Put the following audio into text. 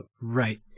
right